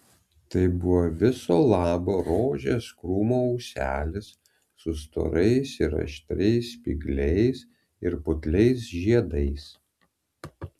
tai buvo viso labo rožės krūmo ūselis su storais ir aštrias spygliais ir putliais žiedais